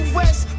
west